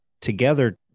together